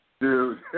Dude